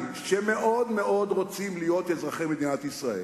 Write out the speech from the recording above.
שמאוד מאוד רוצים להיות אזרחי מדינת ישראל,